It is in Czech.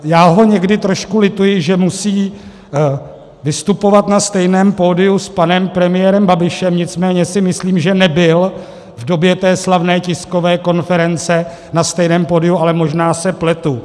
Já ho někdy trošku lituji, že musí vystupovat na stejném pódiu s panem premiérem Babišem, nicméně si myslím, že nebyl v době té slavné tiskové konference na stejném pódiu, ale možná se pletu.